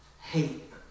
hate